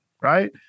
right